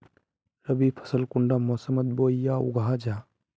रवि फसल कुंडा मोसमोत बोई या उगाहा जाहा?